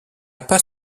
pas